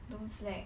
don't slack